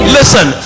Listen